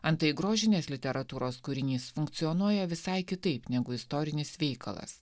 antai grožinės literatūros kūrinys funkcionuoja visai kitaip negu istorinis veikalas